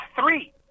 three